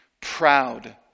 proud